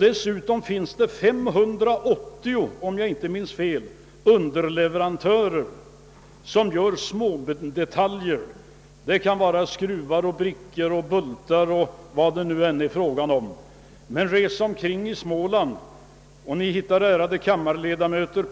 Dessutom finns det, om jag inte minns fel, 580 underleverantörer som gör detaljer: skruvar, brickor, bultar o.s.v. Man kan resa omkring i Småland, ärade kammarledamöter,